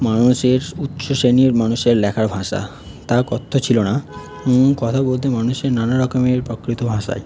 মানুষের উচ্চশ্রেণীর মানুষের লেখার ভাষা তা কথ্য ছিল না কথা বলতে মানুষের নানা রকমের প্রকৃত ভাষায়